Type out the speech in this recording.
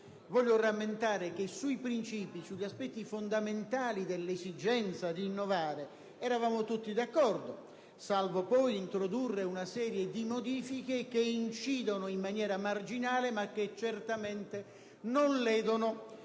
Voglio rammentare che sui principi, sugli aspetti fondamentali dell'esigenza di innovare eravamo tutti d'accordo, salvo poi introdurre una serie di modifiche che incidono in maniera marginale, ma che certamente non ledono